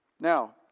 Now